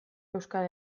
euskal